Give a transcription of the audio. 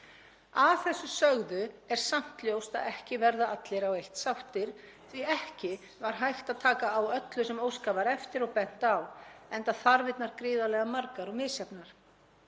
Að þessu sögðu er samt ljóst að ekki verða allir á eitt sáttir því ekki var hægt að taka á öllu sem óskað var eftir og bent á enda þarfirnar gríðarlega margar og misjafnar.